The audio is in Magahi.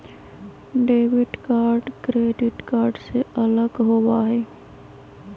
डेबिट कार्ड क्रेडिट कार्ड से अलग होबा हई